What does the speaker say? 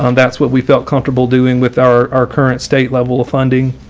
um that's what we felt comfortable doing with our our current state level of funding.